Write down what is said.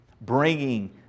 bringing